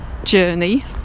journey